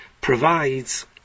provides